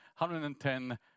110